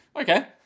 Okay